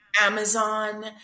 Amazon